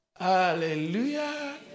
Hallelujah